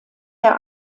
der